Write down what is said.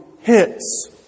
hits